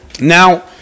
Now